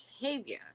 behavior